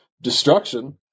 destruction